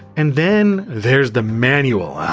and then there's the manual, ahh,